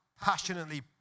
passionately